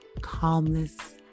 calmness